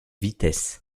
vitesse